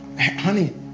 honey